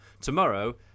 Tomorrow